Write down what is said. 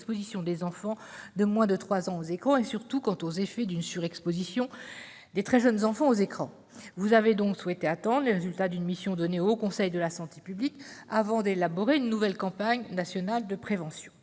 des enfants de moins de trois ans aux écrans et surtout quant aux effets d'une surexposition des très jeunes enfants aux écrans ». Vous avez donc souhaité attendre les résultats d'une mission confiée au Haut Conseil de la santé publique avant d'élaborer une nouvelle campagne nationale de prévention.